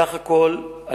סך הכול,